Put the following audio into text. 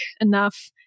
enough